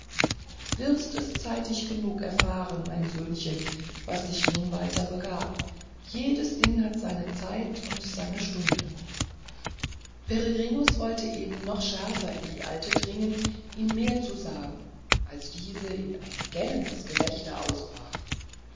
wirst es zeitig genug erfahren mein söhnchen was sich nun weiter begab jedes ding hat seine zeit und seine stunde peregrinus wollte eben noch schärfer in die alte dringen ihm mehr zu sagen als diese in ein gellendes gelächter ausbrach